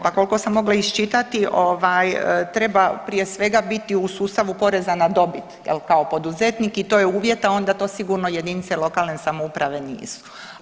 Pa koliko sam mogla iščitati treba prije svega biti u sustavu poreza na dobit jel kao poduzetnik i to je uvjet, a onda to sigurno jedinice lokalne samouprave nisu.